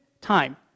time